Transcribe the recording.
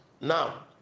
Now